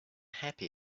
happy